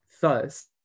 Thus